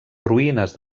ruïnes